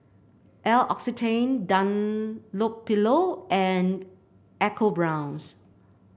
L'Occitane Dunlopillo and EcoBrown's